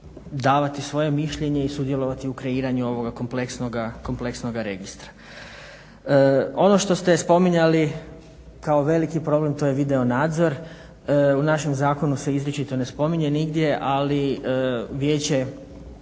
davati svoje mišljenje i sudjelovati u kreiranju ovoga kompleksnoga registra. Ono što ste spominjali kao veliki problem, to je video nadzor. U našem zakonu se izričito ne spominje nigdje, ali Vijeće